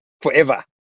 forever